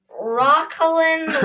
Rocklin